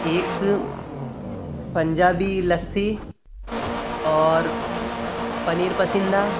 एक पंजाबी लस्सी और पनीर पसंदीदा